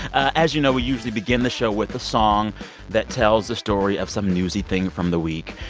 as you know, we usually begin the show with a song that tells the story of some newsy thing from the week.